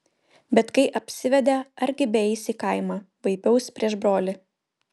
bet kai apsivedė argi beeis į kaimą vaipiaus prieš brolį